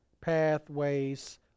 pathways